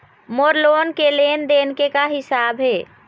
मोर loan के लेन देन के का हिसाब हे?